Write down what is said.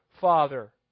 Father